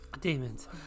Demons